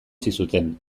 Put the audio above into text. zizuten